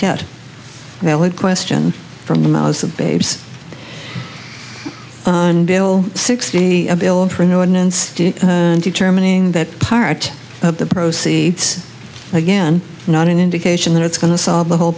debt valid question from the mouths of babes on bill sixty a bill in for an ordinance and determining that part of the proceeds again not an indication that it's going to solve the whole